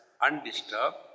undisturbed